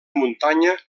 muntanya